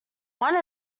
one